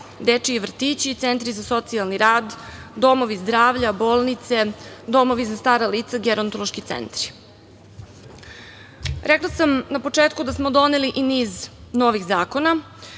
dečiji vrtići i centri za socijalni rad, domovi zdravlja, bolnice, domovi za stara lica, gerontološki centri. Rekla sam na početku da smo doneli i niz novih zakona.